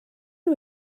nhw